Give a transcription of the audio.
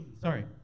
sorry